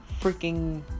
freaking